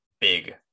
big